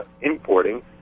importing